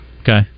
Okay